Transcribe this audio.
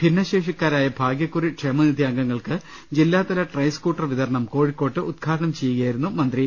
ഭിന്നശേഷിക്കാരായ ഭാഗ്യക്കുറി ക്ഷേമനിധി അംഗങ്ങൾക്ക് ജില്ലാ തല ട്രൈസ്കൂട്ടർ വിതരണം കോഴിക്കോട് ഉദ്ഘാടനം ചെയ്യുകയായി രുന്നു അദ്ദേഹം